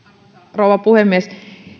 rouva puhemies